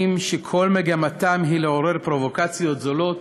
שכל מגמתם היא לעורר פרובוקציות זולות